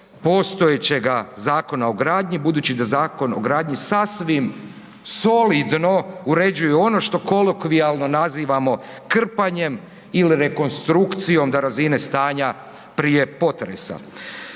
postojećega Zakona o gradnji, budući da Zakon o gradnji sasvim solidno uređuje ono što kolokvijalno nazivamo krpanjem ili rekonstrukcijom do razine stanja prije potresa?